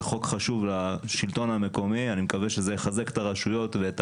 זה חוק חשוב לשלטון המקומי ואני מקווה שזה יחזק את הרשויות ואת